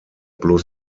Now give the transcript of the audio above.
bloß